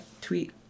Tweet